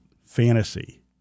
fantasy